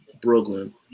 Brooklyn